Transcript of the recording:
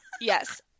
Yes